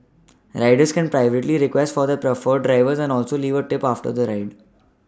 riders can privately request for their preferred drivers and also leave a tip after the ride